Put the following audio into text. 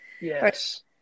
Yes